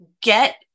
get